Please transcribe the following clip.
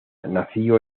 nació